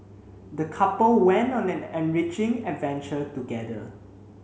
the couple went on an enriching adventure together